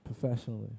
professionally